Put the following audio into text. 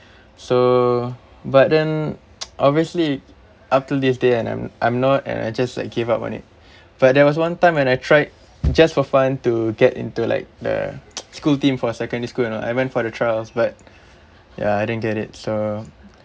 so but then obviously up till this day and I'm I'm not and I just gave up on it but there was one time when I tried just for fun to get into like the school team for a secondary school you know I went for the trials but ya I didn't get it so